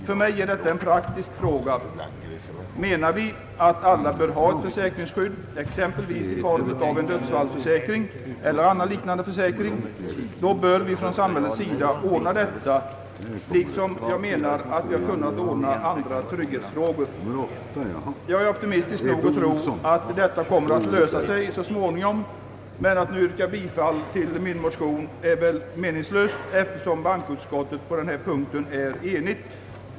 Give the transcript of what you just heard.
För mig är detta en praktisk fråga. Menar vi att alla, bör ha ett försäkringsskydd, exempelvis i form av dödsfallsförsäkring eller annan liknande försäk ring, bör vi från samhällets sida ordna detta på samma sätt som vi har kunnat ordna andra trygghetsfrågor. Jag är optimistisk nog att tro att detta så småningom kommer att lösa sig, men att nu yrka bifall till min motion är väl meningslöst, eftersom bankoutskottet på denna punkt är enigt.